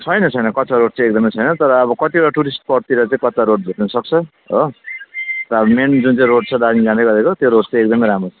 छैन छैन कच्चा रोड चाहिँ एकदमै छैन तर अब कतिवटा टुरिस्ट स्पोटतिर चाहिँ कच्चा रोड भेट्न सक्छ हो तर मेन जुन चाहिँ रोड छ दार्जिलिङ जाँदैगरेको त्यो रोड चाहिँ एकदमै राम्रो